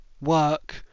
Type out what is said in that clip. work